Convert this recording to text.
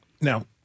Now